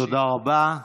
תודה רבה.